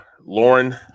Lauren